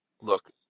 look